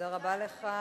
תודה רבה לך,